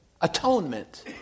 Atonement